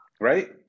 Right